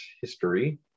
history